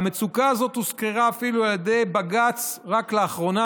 המצוקה הזאת הוזכרה אפילו על ידי בג"ץ רק לאחרונה,